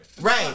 Right